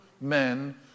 men